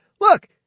look